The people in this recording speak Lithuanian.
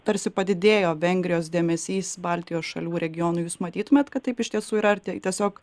tarsi padidėjo vengrijos dėmesys baltijos šalių regionui jūs matytumėt kad taip iš tiesų yra tiesiog